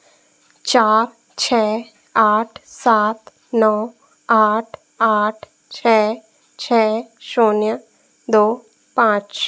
चार छः आठ सात नौ आठ आठ छः छः शून्य दो पाँच